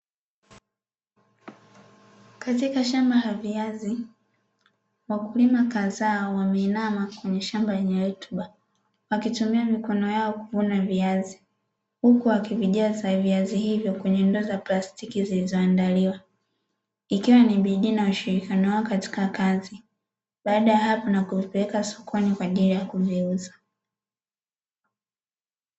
Katika shamba la viazi, wakulima kadhaa wameinama kwenye shamba lenye rutuba, wakitumia mikono yao kuvuna viazi huku wakivijaza viazi hivyo kwenye ndoo za plastiki zilizoandaliwa, ikiwa ni bidii na ushirikiano katika kazi, baada ya hapo na kuvipeleka sokoni kwa ajili ya kuviuza.